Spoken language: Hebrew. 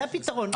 זה הפתרון,